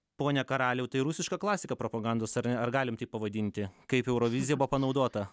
pone karaliau tai rusiška klasika propagandos ar ar galim taip pavadinti kaip eurovizija buvo panaudota